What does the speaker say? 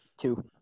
Two